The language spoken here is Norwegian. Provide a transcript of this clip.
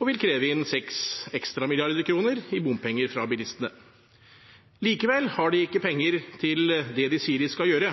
og vil kreve inn 6 mrd. kr ekstra i bompenger fra bilistene. Likevel har de ikke penger til det de sier de skal gjøre,